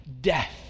death